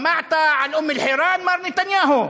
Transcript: שמעת על אום אלחיראן, מר נתניהו?